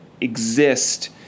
exist